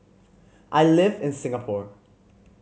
I live in Singapore